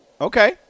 Okay